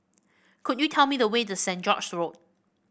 could you tell me the way to Saint George Road